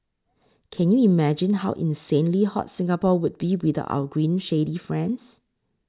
can you imagine how insanely hot Singapore would be without our green shady friends